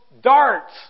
darts